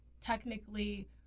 technically